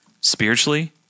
spiritually